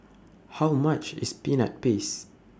How much IS Peanut Paste